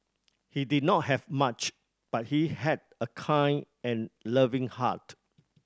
he did not have much but he had a kind and loving heart